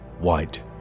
White